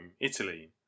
Italy